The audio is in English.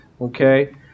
Okay